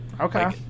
Okay